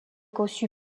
conçu